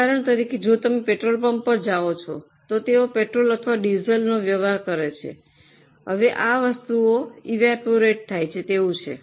ઉદાહરણ તરીકે જો તમે પેટ્રોલ પંપ પર જાઓ છો તો તેઓ પેટ્રોલ અથવા ડીઝલનો વ્યવહાર કરે છે હવે આ વસ્તુઓ ઇવાપોરેટ થાય તેવું છે